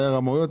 היו רמאויות,